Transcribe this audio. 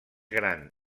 gran